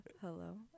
Hello